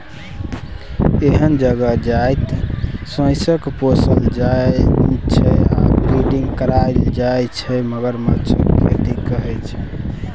एहन जगह जतय सोंइसकेँ पोसल जाइ छै आ ब्रीडिंग कराएल जाइ छै मगरमच्छक खेती कहय छै